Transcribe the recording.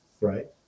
right